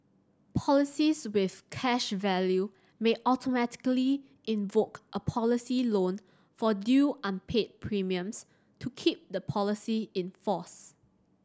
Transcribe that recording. policies with cash value may automatically invoke a policy loan for due unpaid premiums to keep the policy in force